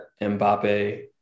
Mbappe